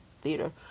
Theater